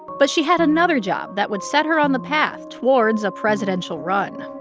but she had another job that would set her on the path towards a presidential run